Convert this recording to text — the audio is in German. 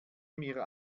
mir